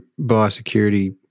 biosecurity